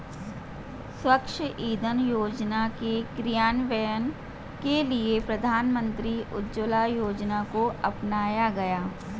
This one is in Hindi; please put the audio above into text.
स्वच्छ इंधन योजना के क्रियान्वयन के लिए प्रधानमंत्री उज्ज्वला योजना को अपनाया गया